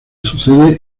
sucede